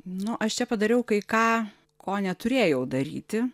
nu aš čia padariau kai ką ko neturėjau daryti